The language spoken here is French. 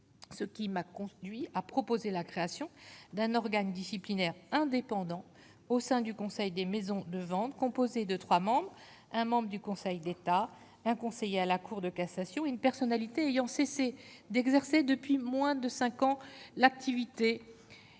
ce qui m'a compte nuit à proposer la création d'un organe disciplinaire indépendant au sein du Conseil des maisons de vente, composée de 3 membres, un membre du Conseil d'État, un conseiller à la Cour de cassation, une personnalité ayant cessé d'exercer depuis moins de 5 ans, l'activité